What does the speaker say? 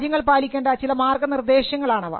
രാജ്യങ്ങൾ പാലിക്കേണ്ട ചില മാർഗ്ഗനിർദ്ദേശങ്ങൾ ആണവ